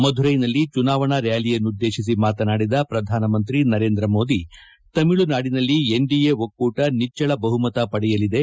ಮಧುರೈನಲ್ಲಿ ಚುನಾವಣಾ ರ್ಕಾಲಿಯನ್ನುದ್ದೇಶಿಸಿ ಮಾತನಾಡಿದ ಪ್ರಧಾನಮಂತ್ರಿ ನರೇಂದ್ರಮೋದಿ ತಮಿಳುನಾಡಿನಲ್ಲಿ ಎನ್ಡಿಎ ಒಕ್ಕೂಟ ನಿಚ್ದಳ ಬಹುಮತ ಪಡೆಯಲಿದೆ